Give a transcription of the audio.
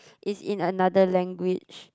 is in another language